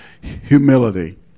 humility